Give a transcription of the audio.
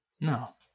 No